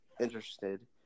interested